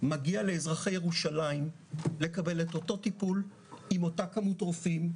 מגיע לאזרחי ירושלים לקבל את אותו טיפול עם אותה כמות רופאים,